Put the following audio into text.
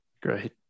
Great